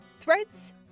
Threads